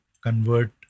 convert